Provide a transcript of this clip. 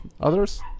others